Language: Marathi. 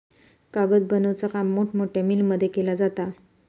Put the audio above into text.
कागद बनवुचा काम मोठमोठ्या मिलमध्ये केला जाता